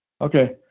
Okay